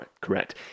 correct